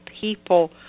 people